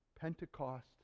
Pentecost